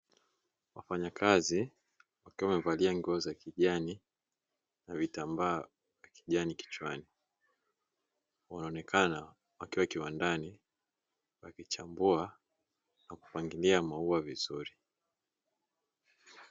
Wafanyakazi wakiwa wamevalia nguo za kijani na vitambaa vya kijani kichwani, wanaonekata wakiwa kiwandani wakichambua na kupangilia maua vizuri.